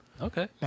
Okay